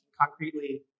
concretely